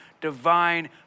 divine